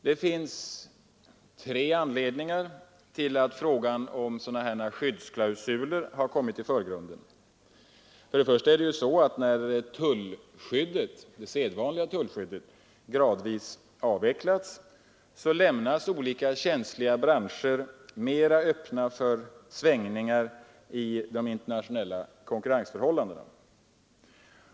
Det finns tre anledningar till att frågan om skyddsklausuler har kommit i förgrunden. För det första: När det sedvanliga tullskyddet gradvis avvecklats, lämnas olika känsliga branscher mera öppna för svängningar i de internationella konkurrensförhållandena.